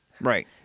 Right